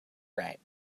right